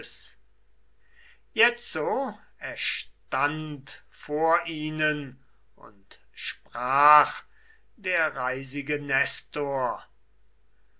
jetzo erstand vor ihnen und sprach der reisige